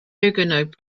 huguenots